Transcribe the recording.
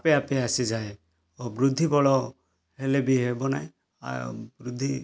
ଆପେ ଆପେ ଆସିଯାଏ ଓ ବୃଦ୍ଧି ବଳ ହେଲେ ବି ହେବ ନାହିଁ ବୃଦ୍ଧି